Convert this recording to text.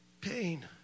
pain